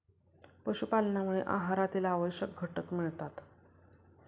पशुपालनामुळे आहारातील आवश्यक घटक मिळतात